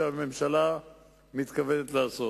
שהממשלה מתכוונת לעשות.